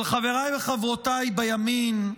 אבל חבריי וחברותיי בימין,